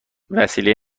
وسیله